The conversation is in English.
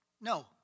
no